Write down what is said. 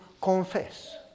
confess